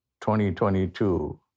2022